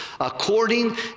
according